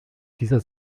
dieser